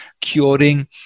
curing